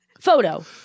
Photo